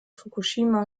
fukushima